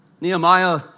Nehemiah